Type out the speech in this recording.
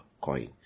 coin